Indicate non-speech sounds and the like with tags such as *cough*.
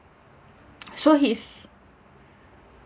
*noise* so he's